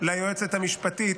ליועצת המשפטית,